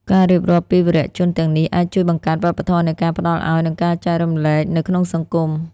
ការរៀបរាប់ពីវីរៈជនទាំងនេះអាចជួយបង្កើតវប្បធម៌នៃការផ្តល់ឲ្យ និងការចែករំលែកនៅក្នុងសង្គម។